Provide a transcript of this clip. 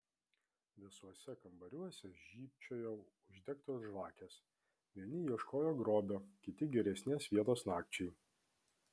visuose kambariuose žybčiojo uždegtos žvakės vieni ieškojo grobio kiti geresnės vietos nakčiai